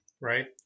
right